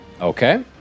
Okay